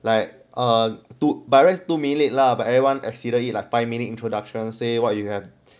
like err two minutes lah but everyone exceeded like five minute introduction say what you have